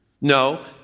No